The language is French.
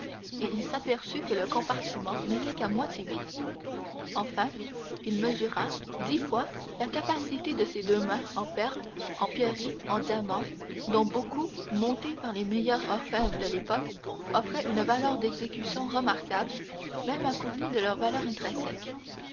et il s'aperçut que le compartiment n'était qu'à moitié vide enfin il mesura dix fois la capacité de ses deux mains en perles en pierreries en diamants dont beaucoup montés par les meilleurs orfèvres de l'époque offraient une valeur d'exécution remarquable même à côté de leur valeur intrinsèque